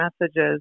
messages